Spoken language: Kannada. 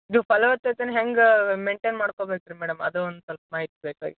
ಇದು ಫಲವತ್ತತೆನ ಹೆಂಗೆ ಮೇಂಟೇನ್ ಮಾಡ್ಕೋಬೇಕು ರೀ ಮೇಡಮ್ ಅದು ಒಂದು ಸ್ವಲ್ಪ ಮಾಹಿತಿ ಬೇಕಾಗಿತ್ತು